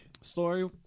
Story